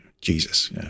Jesus